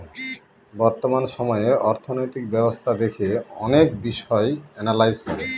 বর্তমান সময়ে অর্থনৈতিক ব্যবস্থা দেখে অনেক বিষয় এনালাইজ করে